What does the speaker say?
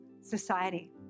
society